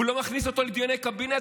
הוא לא מכניס אותו לדיוני קבינט,